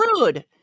rude